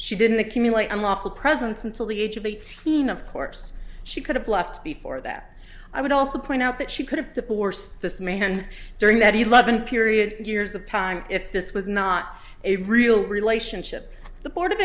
she didn't accumulate unlawful presence until the age of eighteen of course she could have left before that i would also point out that she could have to force this man during that he loven period years of time if this was not a real relationship the board of